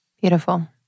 Beautiful